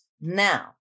Now